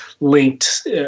linked